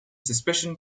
suspicion